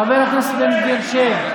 חבר הכנסת בן גביר, שב.